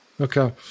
Okay